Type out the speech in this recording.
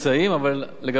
אבל לגבי ההתפלגות,